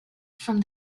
from